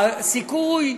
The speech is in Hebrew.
הסיכוי,